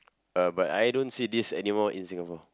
uh but I don't see this anymore in Singapore